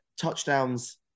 touchdowns